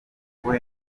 kuba